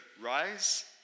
rise